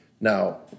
Now